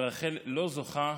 ורחל לא זוכה